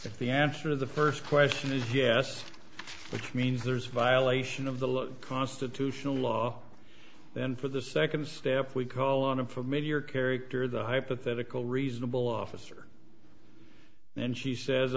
you the answer to the first question is yes which means there's a violation of the look constitutional law then for the second step we call on him for maybe your character the hypothetical reasonable officer and she says